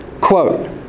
quote